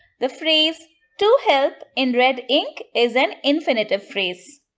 the phrase to help in red ink is an infinitive phrase.